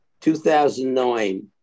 2009